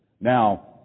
Now